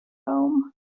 foam